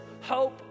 hope